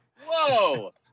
Whoa